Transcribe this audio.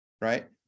right